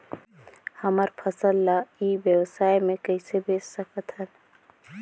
हमर फसल ल ई व्यवसाय मे कइसे बेच सकत हन?